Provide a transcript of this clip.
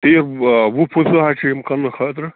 تہِ وُہ پٕنٛژٕہ حظ چھِ یِم کٕننہٕ خٲطرٕ